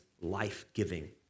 life-giving